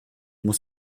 muss